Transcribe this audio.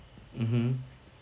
mmhmm